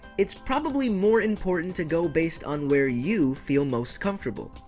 it's probably more important to go based on where you feel most comfortable.